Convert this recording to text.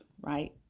right